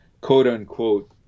quote-unquote